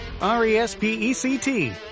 R-E-S-P-E-C-T